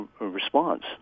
response